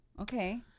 okay